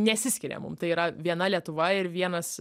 nesiskiria mum tai yra viena lietuva ir vienas